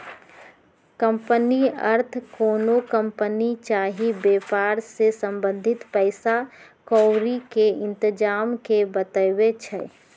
company अर्थ कोनो company चाही वेपार से संबंधित पइसा क्औरी के इतजाम के बतबै छइ